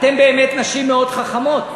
אתן באמת נשים מאוד חכמות.